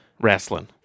wrestling